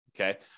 okay